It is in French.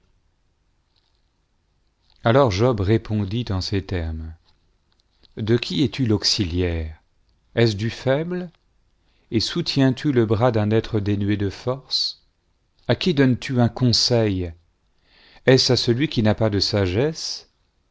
alors job répondit en ces termes de qui es-tu l'auxiliaire est-ce du faible et soutiens-tu le bras d'un être dénué de force à qui donnes-tu un conseil est-ce à celui qui n'a pas de sagesse